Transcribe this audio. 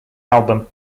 album